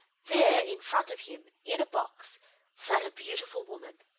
there, in front of him, in a box sat a beautiful woman.